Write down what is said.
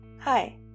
Hi